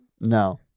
No